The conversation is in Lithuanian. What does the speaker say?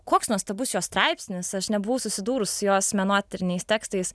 koks nuostabus jos straipsnis aš nebuvau susidūrus jos menotyriniais tekstais